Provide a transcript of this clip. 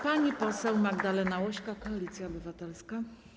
Pani poseł Magdalena Łośko, Koalicja Obywatelska.